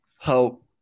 help